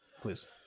Please